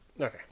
Okay